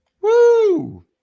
Woo